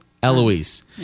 Eloise